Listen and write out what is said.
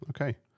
Okay